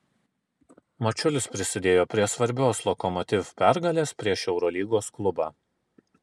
mačiulis prisidėjo prie svarbios lokomotiv pergalės prieš eurolygos klubą